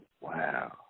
wow